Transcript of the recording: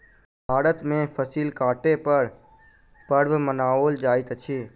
भारत में फसिल कटै पर पर्व मनाओल जाइत अछि